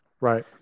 Right